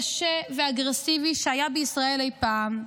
קשה ואגרסיבי שהיה בישראל אי פעם.